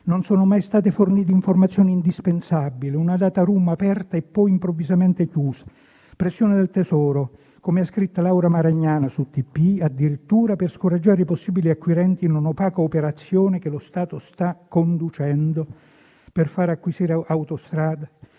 non sono mai state fornite informazioni indispensabili, una *data room* aperta e poi improvvisamente chiusa, pressioni del Tesoro - come ha scritto Laura Maragnani su TPI - addirittura, per scoraggiare i possibili acquirenti in un'«opaca operazione» che lo Stato sta conducendo per acquisire Autostrade